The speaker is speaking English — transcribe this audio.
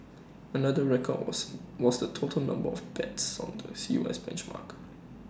another record was was the total number of bets on the us benchmark